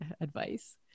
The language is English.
advice